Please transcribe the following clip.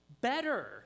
better